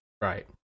Right